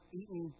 eaten